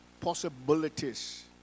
possibilities